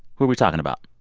who are we talking about?